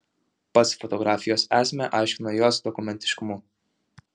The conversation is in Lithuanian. pats fotografijos esmę aiškino jos dokumentiškumu